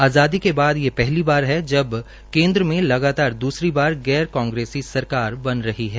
आजादी के बाद ये पहली बार है जब केन्द्र में लगातार दूसरी बार गैर कांग्रेसी सरकार बन रही है